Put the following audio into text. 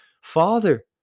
father